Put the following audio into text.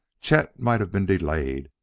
chet might have been delayed,